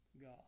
God